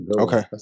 Okay